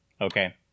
Okay